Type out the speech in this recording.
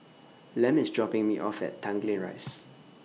Lem IS dropping Me off At Tanglin Rise